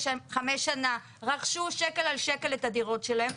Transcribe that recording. שנה רכשו שקל על שקל את הדירות שלהם,